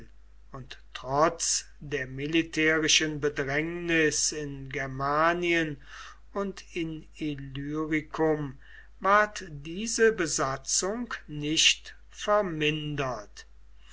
und trotz der militärischen bedrängnis in germanien und in illyricum ward diese besatzung nicht vermindert